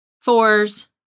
Fours